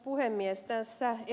tässä ed